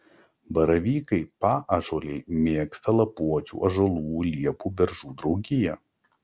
baravykai paąžuoliai mėgsta lapuočių ąžuolų liepų beržų draugiją